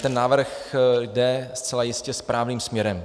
Ten návrh jde zcela jistě správným směrem.